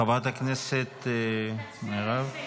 חברת הכנסת מירב?